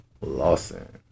Lawson